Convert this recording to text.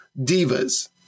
divas